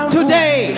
today